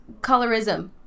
Colorism